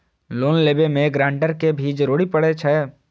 Loan लेबे में guarantor के भी जरूरी परे छै?